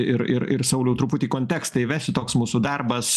ir ir ir sauliau truputį kontekstą įvesiu toks mūsų darbas